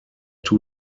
two